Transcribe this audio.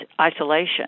isolation